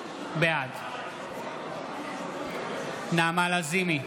בעד נעמה לזימי,